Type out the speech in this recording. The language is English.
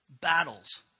battles